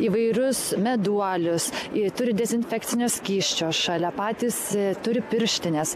įvairius meduolius ir turi dezinfekcinio skysčio šalia patys turi pirštines